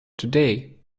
today